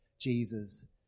Jesus